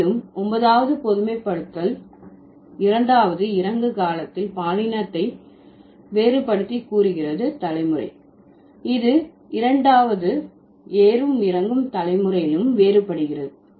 மேலும் 9வது பொதுமைப்படுத்தல் இரண்டாவது இறங்கு காலத்தில் பாலினத்தை வேறுபடுத்தி கூறுகிறது தலைமுறை இது இரண்டாவது ஏறும் இறங்கு தலைமுறையிலும் வேறுபடுகிறது